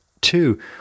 Two